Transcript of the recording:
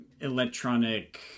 electronic